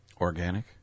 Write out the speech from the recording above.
Organic